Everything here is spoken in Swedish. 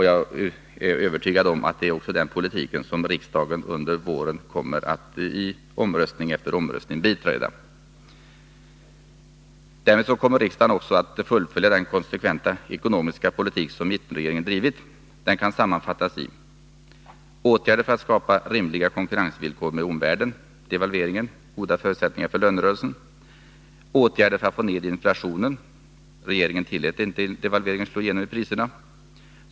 Jag är övertygad att det även är den politiken som riksdagen under våren i omröstning efter omröstning kommer att biträda. Därmed kommer riksdagen också att fullfölja den konsekventa ekonomiska politik som mittenregeringen har drivit. Den kan sammanfattas i: åtgärder för att skapa rimliga konkurrensvillkor i förhållande till omvärlden — devalveringen, goda förutsättningar för lönerörelsen; åtgärder för att få ned inflationen. — Regeringen tillät inte devalveringen att slå igenom i priserna.